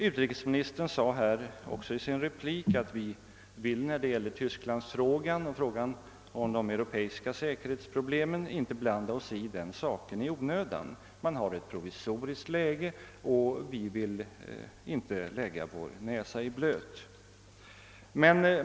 Utrikesministern sade också i sin replik att vi inte i onödan vill blanda oss i tysklandsfrågan och frågan om det europeiska säkerhetsproblemet. Man har ett provisoriskt läge, och vi vill inte lägga vår näsa i blöt.